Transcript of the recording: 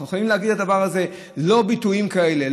אנחנו חייבים להגיד את הדבר הזה: לא ביטויים כאלה,